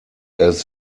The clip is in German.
elf